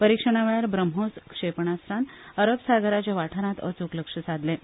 परिक्षणा वेळार ब्रह्मोस क्षेपणास्त्रान अरब सागराच्या वाठारांत अचूक लक्ष्य साधलें